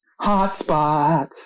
Hotspot